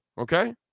Okay